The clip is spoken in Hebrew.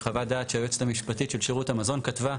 חוות דעת שהיועצת המשפטית של שירות המזון כתבה,